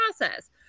process